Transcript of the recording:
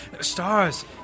stars